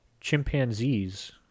chimpanzees